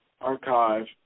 archive